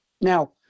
Now